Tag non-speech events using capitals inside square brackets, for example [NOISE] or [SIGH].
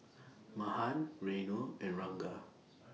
[NOISE] Mahan Renu and Ranga